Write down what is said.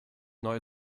neue